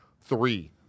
three